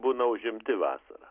būna užimti vasarą